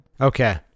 okay